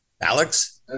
Alex